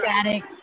static